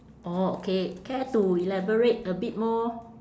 orh okay care to elaborate a bit more